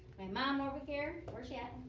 my mom over here. where's she at?